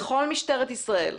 בכל משטרת ישראל.